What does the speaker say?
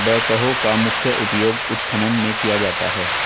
backhoe का मुख्य उपयोग उत्खनन में किया जाता है